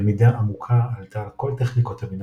למידה עמוקה עלתה על כל טכניקות הבינה